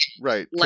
right